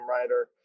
writer